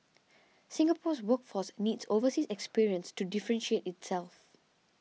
Singapore's workforce needs overseas experience to differentiate itself